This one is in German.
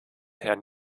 herrn